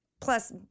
Plus